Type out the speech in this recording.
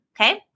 Okay